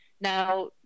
now